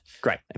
great